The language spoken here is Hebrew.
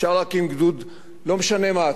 אפשר להקים גדוד לא משנה מה,